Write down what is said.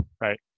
right